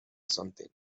something